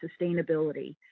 sustainability